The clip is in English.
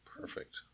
Perfect